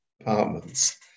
apartments